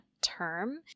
term